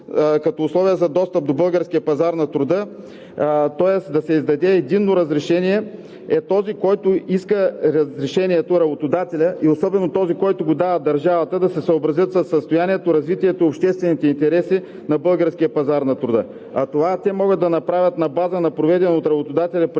място, условието за достъп до българския пазар на труда е да се издаде единно разрешение на този, който иска разрешението – работодателят, и този, който го дава – държавата, за да се съобразят със състоянието, развитието и обществените интереси на българския пазар на труда. Това те могат да направят на базата на проведено предварително